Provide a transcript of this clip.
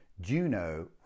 Juno